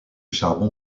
charbon